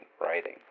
writing